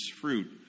fruit